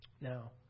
Now